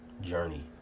journey